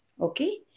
Okay